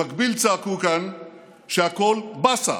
במקביל צעקו כאן שהכול באסה,